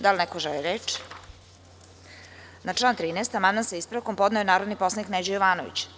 Da li neko želi reč?(Ne) Na član 13. amandman, sa ispravkom, podneo je narodni poslanik Neđo Jovanović.